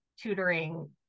tutoring